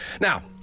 Now